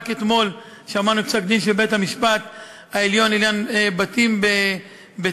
רק אתמול שמענו פסק-דין של בית-המשפט העליון לעניין בתים בבית-אל,